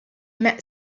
met